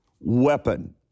weapon